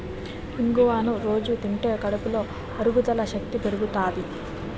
ఇంగువను రొజూ తింటే కడుపులో అరుగుదల శక్తి పెరుగుతాది